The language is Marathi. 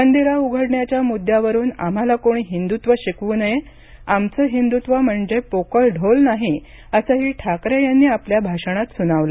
मंदिरं उघडण्याच्या मुद्यावरून आम्हाला कोणी हिंदुत्व शिकवू नये आमचं हिंदुत्व म्हणजे पोकळ ढोल नाही असंही ठाकरे यांनी आपल्या भाषणात सुनावलं